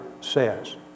says